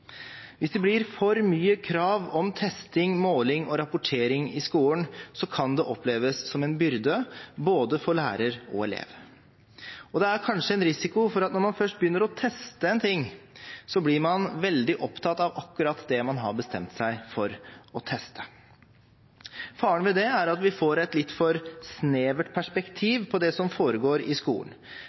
Hvis det blir for mye krav om testing, måling og rapportering i skolen, kan det oppleves som en byrde, både for lærer og elev, og det er kanskje en risiko for at når man først begynner å teste en ting, så blir man veldig opptatt av akkurat det man har bestemt seg for å teste. Faren ved det er at vi får et litt for snevert perspektiv på det som foregår i skolen.